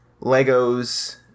Legos